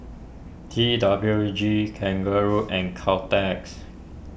T W G Kangaroo and Caltex